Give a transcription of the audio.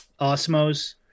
Osmos